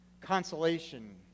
Consolation